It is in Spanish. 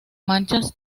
manchas